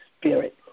spirit